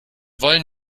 wollen